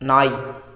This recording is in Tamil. நாய்